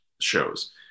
shows